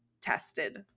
tested